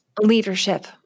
Leadership